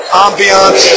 ambiance